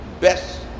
best